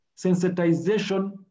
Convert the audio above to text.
sensitization